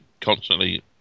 constantly